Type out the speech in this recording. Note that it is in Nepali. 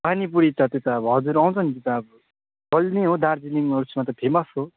पानी पुरी त त्यो त अब हजुर आउँछ नि त्यो त अब चल्ने हो दार्जिलिङ उसमा त फेमास हो